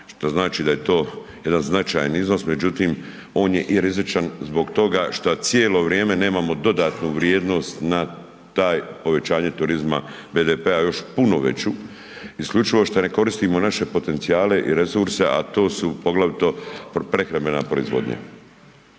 što znači da je to jedan značajan iznos. Međutim, on je i rizičan zbog toga šta cijelo vrijeme nemamo dodatnu vrijednost na taj povećanje turizma BDP-a još puno veću, isključivo što ne koristimo naše potencijale i resurse, a to su poglavito prehrambena proizvodnja.